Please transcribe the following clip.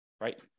right